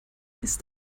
ist